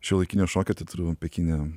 šiuolaikinio šokio teatru pekine